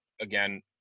again